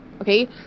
okay